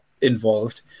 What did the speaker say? involved